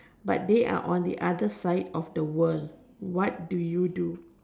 but they are on the another side of the world what do you do